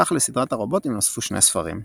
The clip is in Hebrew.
כך לסדרת הרובוטים נוספו שני ספרים.